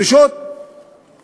כל מיני דרישות חדשות: